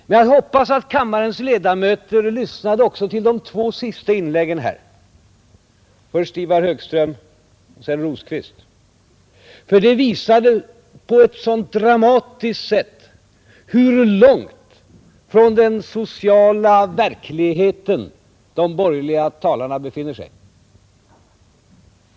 Men jag hoppas att kammarens ledamöter lyssnade också till de två sista inläggen här, först Ivar Högströms, sedan Birger Rosqvists, ty de visade på ett sådant 65 dramatiskt sätt hur långt från den sociala verkligheten de borgerliga talarna befinner sig.